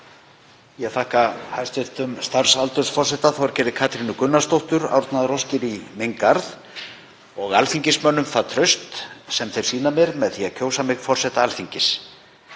Ég þakka hæstv. starfsaldursforseta, Þorgerði Katrínu Gunnarsdóttur, árnaðaróskir í minn garð og alþingismönnum það traust sem þeir sýna mér með því að kjósa mig forseta Alþingis.